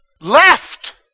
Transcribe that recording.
Left